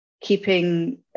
keeping